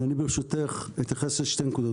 אז אני ברשותך אתייחס לשתי נקודות.